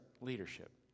leadership